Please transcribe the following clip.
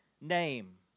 name